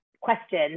question